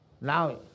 Now